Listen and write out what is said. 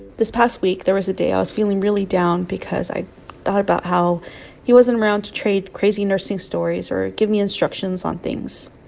this past week, there was a day i was feeling really down because i thought about how he wasn't around to trade crazy nursing stories or give me instructions on things.